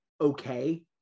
okay